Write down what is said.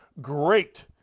great